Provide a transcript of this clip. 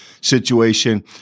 situation